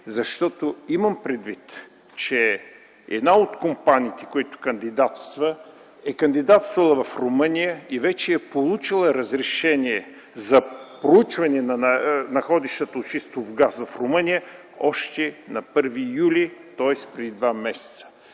Защото имам предвид, че една от компаниите, която кандидатства, е кандидатствала в Румъния и вече е получила разрешение за проучване на находището шистов газ в Румъния още на 1 юли, тоест преди два месеца.